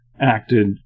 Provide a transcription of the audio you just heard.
acted